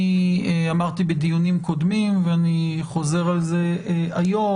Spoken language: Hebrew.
אני אמרתי בדיונים קודמים ואני חוזר על זה היום,